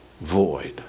void